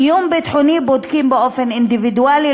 איום ביטחוני בודקים באופן אינדיבידואלי,